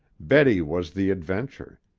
betty was the adventure,